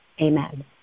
Amen